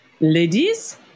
Ladies